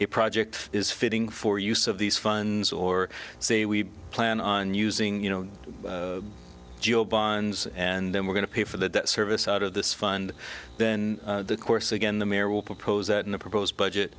the project is fitting for use of these funds or say we plan on using you know geo bonds and then we're going to pay for the debt service out of this fund then the course again the mayor will propose that in the proposed budget